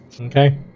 Okay